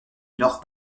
nord